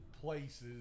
places